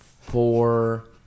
four